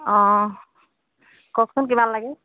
অঁ কওকচোন কিমান লাগে